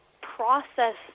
process